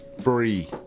Free